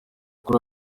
kuri